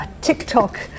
TikTok